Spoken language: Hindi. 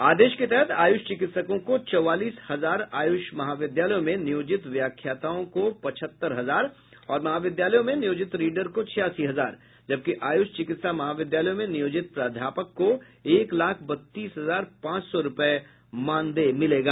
आदेश के तहत आय्रष चिकित्सकों को चौवालीस हजार आयूष महाविद्यालयों में नियोजित व्याख्याताओं को पचहत्तर हजार और महाविद्यालयों में नियोजित रीडर को छियासी हजार जबकि आयुष चिकित्सा महाविद्यालयों में नियोजित प्राध्यापक को एक लाख बत्तीस हजार पांच सौ रूपये मानदेय मिलेगा